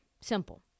Simple